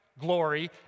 glory